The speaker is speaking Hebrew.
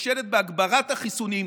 נכשלת בהגברת החיסונים.